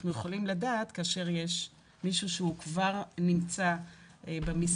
אנחנו יכולים לדעת כאשר יש מישהו שהוא כבר נמצא במסגרות,